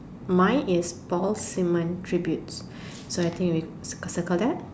mine is ball cement Tribute so I think we circle that